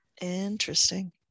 interesting